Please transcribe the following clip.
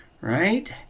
right